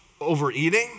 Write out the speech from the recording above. Overeating